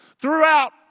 Throughout